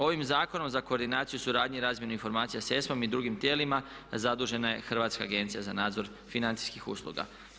Ovim zakonom za koordinaciju suradnje i razmjenu informacija sa ESMA-om i drugim tijelima zadužena je Hrvatska agencija za nadzor financijskih usluga.